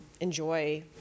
enjoy